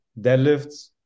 deadlifts